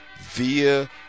via